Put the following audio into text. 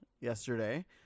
yesterday